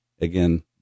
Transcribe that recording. Again